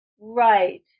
Right